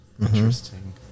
Interesting